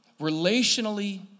relationally